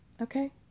Okay